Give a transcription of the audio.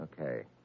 Okay